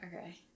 okay